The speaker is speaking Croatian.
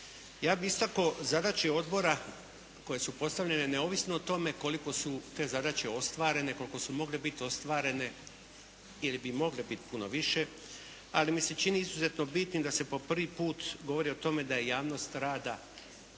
ja bih istakao zadaće odbora koje su postavljene neovisno o tome koliko su te zadaće ostvarene, koliko su mogle biti ostvarene ili bi mogle biti puno više ali mi se čini izuzetno bitnim da se po prvi put govori o tome da je javnost rada